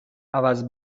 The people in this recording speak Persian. عوض